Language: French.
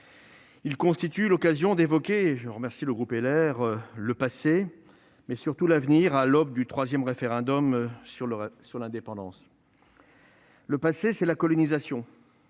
Il constitue l'occasion- j'en remercie le groupe LR -d'évoquer le passé, mais surtout l'avenir, à l'aube du troisième référendum sur l'indépendance. Le passé, c'est la colonisation,